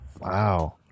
Wow